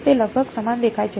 તે લગભગ સમાન દેખાય છે